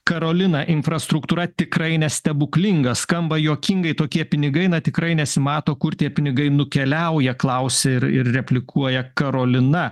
karolina infrastruktūra tikrai nestebuklinga skamba juokingai tokie pinigai na tikrai nesimato kur tie pinigai nukeliauja klausia ir ir replikuoja karolina